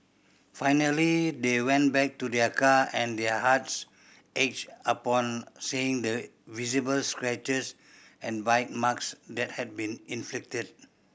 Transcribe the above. finally they went back to their car and their hearts ached upon seeing the visible scratches and bite marks that had been inflicted